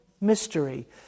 mystery